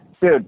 dude